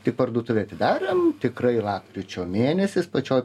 tik parduotuvę atidarėm tikrai lapkričio mėnesis pačioj